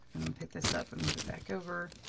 pick this up and move it back over.